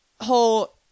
whole